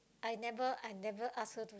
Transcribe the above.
I never I never ask her